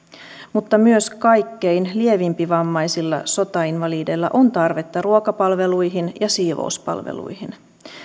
mutta myös kaikkein lievävammaisimmilla sotainvalideilla on tarvetta ruokapalveluihin ja siivouspalveluihin